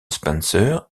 spencer